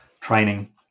training